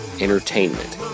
entertainment